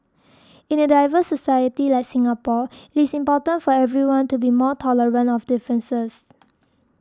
in a diverse society like Singapore it is important for everyone to be more tolerant of differences